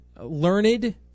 learned